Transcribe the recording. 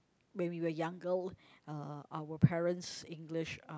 when we were younger uh our parents' English are